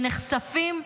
שנחשפים,